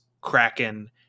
Kraken